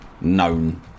known